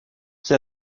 qui